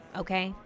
okay